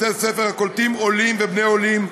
בתי ספר הקולטים עולים ובני עולים,